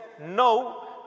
No